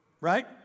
right